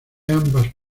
ambas